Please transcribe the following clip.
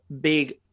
big